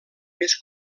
més